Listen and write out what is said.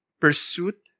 pursuit